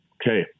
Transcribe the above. Okay